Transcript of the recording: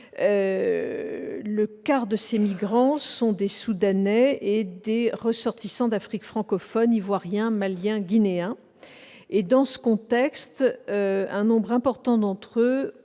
Le quart de ces migrants sont des Soudanais et des ressortissants d'Afrique francophone : Ivoiriens, Maliens, Guinéens. Un nombre important d'entre eux